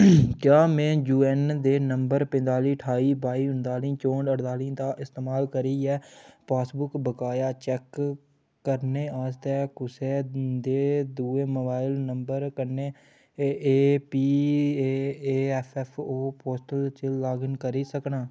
क्या में यूऐन्न दे नंबर पंचताली ठाई बाई उन्ताली चौंह्ठ अड़ताली दा इस्तेमाल करियै पासबुक बकाया चैक्क करने आस्तै कुसै दे दुए मोबाइल नंबर कन्नै एपीएऐफ्फऐफ्फओ पोर्टल च लाग इन करी सकनां